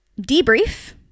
debrief